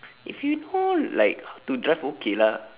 if you know like how to drive okay lah